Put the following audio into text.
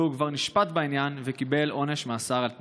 והוא כבר נשפט בעניין וקיבל עונש מאסר על תנאי.